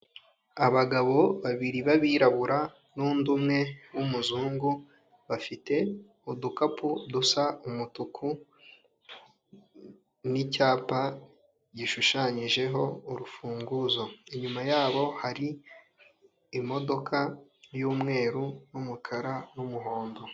Abagabo babiri b'abirabura n'undi umwe w'umuzungu bafite udukapu dusa umutuku n'icyapa gisahushanyijeho urufunguzo, inyuma yabo hari imodoka y'umweru n'umukara n'umuhondo.